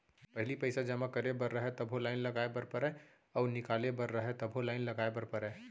पहिली पइसा जमा करे बर रहय तभो लाइन लगाय बर परम अउ निकाले बर रहय तभो लाइन लगाय बर परय